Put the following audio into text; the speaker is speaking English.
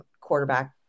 quarterback